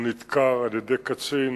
הוא נדקר על-ידי קצין